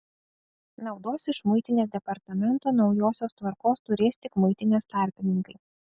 naudos iš muitinės departamento naujosios tvarkos turės tik muitinės tarpininkai